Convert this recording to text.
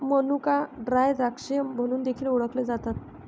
मनुका ड्राय द्राक्षे म्हणून देखील ओळखले जातात